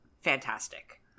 fantastic